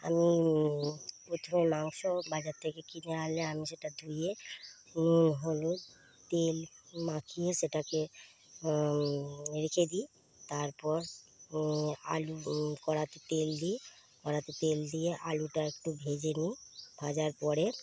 আমি প্রথমে মাংস বাজার থেকে কিনে আনলে আমি সেটা ধুইয়ে নুন হলুদ তেল মাখিয়ে সেটাকে রেখে দিই তারপর আলু কড়াতে তেল দিই কড়াতে তেল দিয়ে আলুটা একটু ভেজে নিই ভাজার পরে